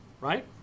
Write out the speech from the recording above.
right